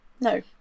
No